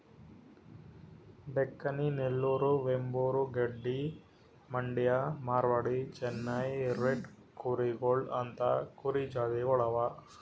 Deccani, Nellore, Vembur, Gaddi, Mandya, Marwari, Chennai red ಕೂರಿಗೊಳ್ ಅಂತಾ ಕುರಿ ಜಾತಿಗೊಳ್ ಅವಾ